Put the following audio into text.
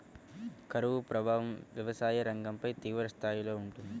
కరువు ప్రభావం వ్యవసాయ రంగంపై తీవ్రస్థాయిలో ఉంటుంది